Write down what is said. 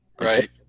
Right